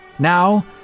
Now